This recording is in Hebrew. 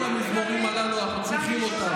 כל המזמורים הללו, אנחנו צריכים אותם.